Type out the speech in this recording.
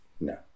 No